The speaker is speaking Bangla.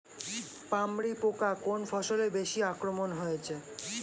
পামরি পোকা কোন ফসলে বেশি আক্রমণ হয়েছে?